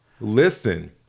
listen